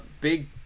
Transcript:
big